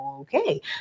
Okay